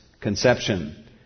conception